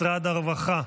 משרד הרווחה,